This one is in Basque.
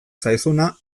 zaizuna